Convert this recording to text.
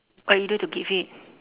what you do to keep fit